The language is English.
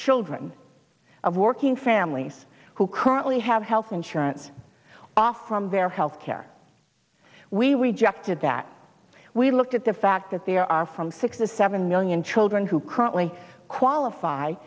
children of working families who currently have health insurance off from their health care we rejected that we looked at the fact that there are from six to seven million children who currently qualify